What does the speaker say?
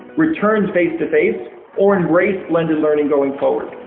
return face-to-face, or embrace blended learning going forward.